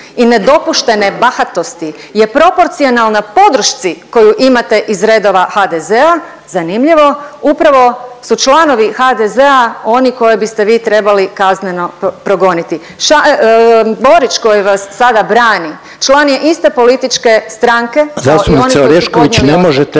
i nedopuštene bahatosti je proporcionalna podršci koju imate iz redova HDZ-a. Zanimljivo, upravo su članovi HDZ-a oni koje biste vi trebali kazneno progoniti. Borić koji vas sada brani član je iste političke stranke …/Govornici govore u isto